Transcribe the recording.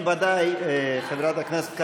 הצעת הוועדה המסדרת לבחור את חברי הכנסת ישראל